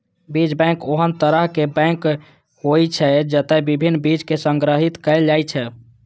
बीज बैंक ओहन तरहक बैंक होइ छै, जतय विभिन्न बीज कें संग्रहीत कैल जाइ छै